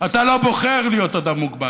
אתה לא בוחר להיות אדם מוגבל.